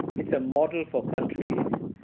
it's a model for countries.